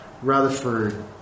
Rutherford